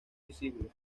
visible